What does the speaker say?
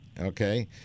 okay